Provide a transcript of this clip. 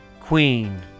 queen